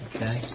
Okay